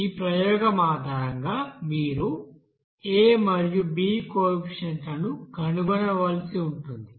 ఈ ప్రయోగం ఆధారంగా మీరు a మరియు b కోఎఫిసిఎంట్స్ లను కనుగొనవలసి ఉంటుంది